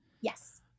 Yes